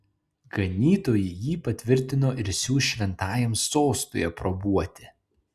ganytojai jį patvirtino ir siųs šventajam sostui aprobuoti